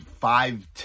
five